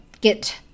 get